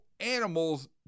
Animals